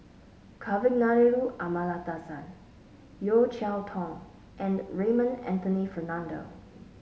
Kavignareru Amallathasan Yeo Cheow Tong and Raymond Anthony Fernando